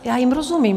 Já jim rozumím.